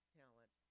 talent